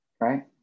Right